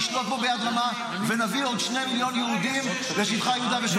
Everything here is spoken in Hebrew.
נשלוט בו ביד רמה ונביא עוד שני מיליון יהודים לשטחי יהודה ושומרון.